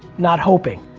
not hoping,